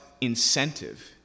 incentive